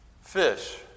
Fish